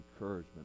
encouragement